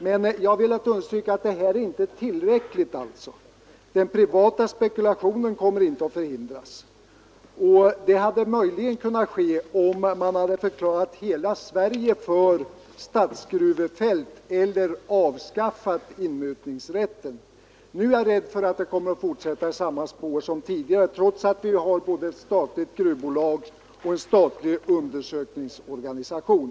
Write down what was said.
Men jag har velat understryka att detta inte är tillräckligt. Den privata spekulationen kommer inte att förhindras. Det hade möjligen kunnat ske om man hade förklarat hela Sverige för statsgruvefält eller avskaffat inmutningsrätten. Nu är jag rädd för att det kommer att fortsätta i samma spår som tidigare, trots att vi har både ett statligt gruvbolag och en statlig undersökningsorganisation.